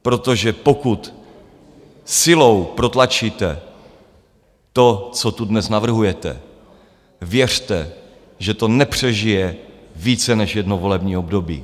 Protože pokud silou protlačíte to, co tu dnes navrhujete, věřte, že to nepřežije více než jedno volební období.